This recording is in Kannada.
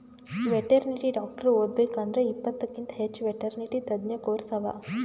ವೆಟೆರ್ನಿಟಿ ಡಾಕ್ಟರ್ ಓದಬೇಕ್ ಅಂದ್ರ ಇಪ್ಪತ್ತಕ್ಕಿಂತ್ ಹೆಚ್ಚ್ ವೆಟೆರ್ನಿಟಿ ತಜ್ಞ ಕೋರ್ಸ್ ಅವಾ